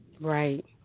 Right